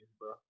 bro